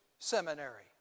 seminary